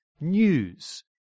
news